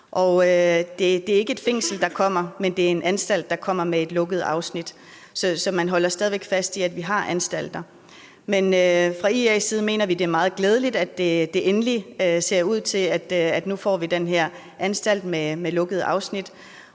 det er ikke et fængsel, der kommer, men en anstalt med et lukket afsnit. Så man holder stadig væk fast i, at vi har anstalter. Men fra IA's side mener vi, det er meget glædeligt, at det ser ud til, at vi endelig får den her anstalt med et lukket afsnit.